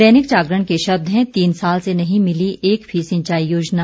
दैनिक जागरण के शब्द हैं तीन साल से नहीं मिली एक भी सिंचाई योजना